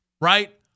right